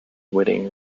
whiting